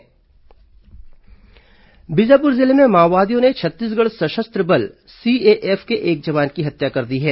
जवान हत्या बीजापुर जिले में माओवादियों ने छत्तीसगढ़ सशस्त्र बल सीएएफ के एक जवान की हत्या कर दी है